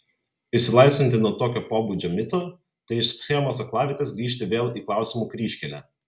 išsilaisvinti nuo tokio pobūdžio mito tai iš schemos aklavietės grįžti vėl į klausimų kryžkelę